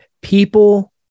People